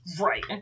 Right